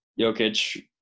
Jokic –